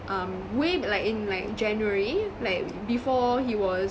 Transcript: um way like in like january like before he was